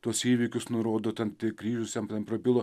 tuos įvykius nurodo ten kryžius jam ten prabilo